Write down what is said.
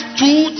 two